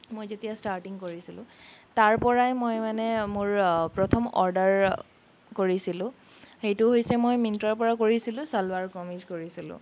মই যেতিয়া ষ্টাৰ্টিং কৰিছিলোঁ তাৰপৰাই মই মানে মোৰ প্ৰথম অৰ্ডাৰ কৰিছিলোঁ সেইটো হৈছে মই মিণ্ট্ৰাৰপৰা কৰিছিলোঁ চালৱাৰ কামিজ কৰিছিলোঁ